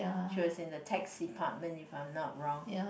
she was in the tax department if I'm not wrong